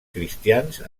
cristians